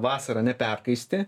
vasarą neperkaisti